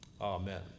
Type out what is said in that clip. Amen